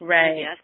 Right